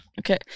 Okay